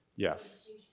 Yes